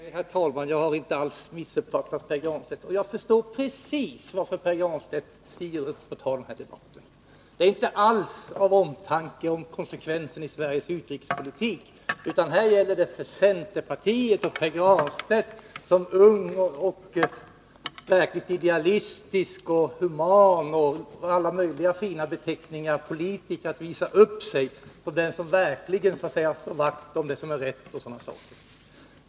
Herr talman! Nej, jag har inte alls missuppfattat Pär Granstedt. Jag förstår precis varför Pär Granstedt drar upp den här debatten. Det är inte alls av omtanke om Sveriges utrikespolitik, utan här gäller det för Pär Granstedt att visa upp sig som en ung, verkligt idealistisk och human politiker, som verkligen slår vakt om det som är rätt.